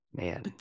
Man